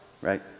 right